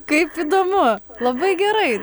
kaip įdomu labai gerai